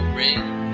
ring